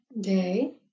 day